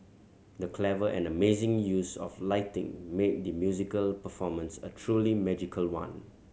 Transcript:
the clever and amazing use of lighting made the musical performance a truly magical one